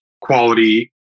quality